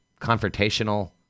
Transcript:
confrontational